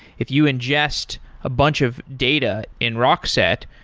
if you ingest a bunch of data in rockset,